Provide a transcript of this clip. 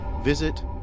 visit